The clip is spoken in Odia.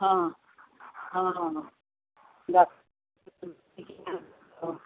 ହଁ ହଁଁ